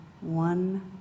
one